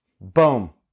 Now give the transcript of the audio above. Boom